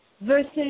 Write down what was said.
Versus